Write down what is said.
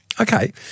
Okay